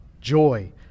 joy